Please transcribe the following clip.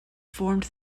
formed